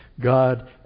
God